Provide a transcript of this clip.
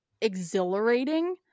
exhilarating